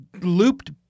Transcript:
Looped